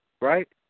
Right